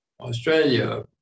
Australia